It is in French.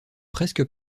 presque